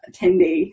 attendee